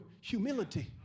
humility